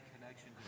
connection